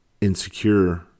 insecure